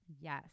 Yes